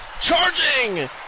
charging